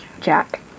Jack